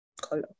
color